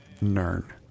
Nern